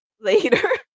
later